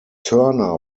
turner